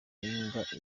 imbwa